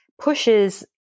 pushes